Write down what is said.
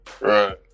Right